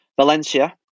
Valencia